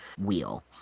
wheel